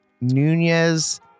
Nunez